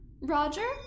Roger